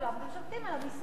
אתם שולטים על המסים,